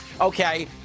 Okay